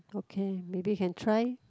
okay maybe can try